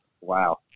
wow